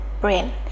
brain